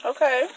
Okay